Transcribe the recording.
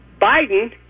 Biden